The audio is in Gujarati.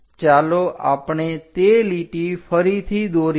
ચાલો આપણે તે લીટી ફરીથી દોરીએ